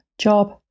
job